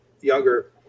younger